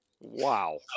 wow